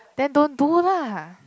then don't do lah